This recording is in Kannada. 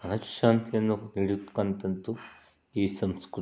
ಮನಃ ಶಾಂತಿಯನ್ನು ನೀಡ್ತಕಂತದ್ದು ಈ ಸಂಸ್ಕೃತಿ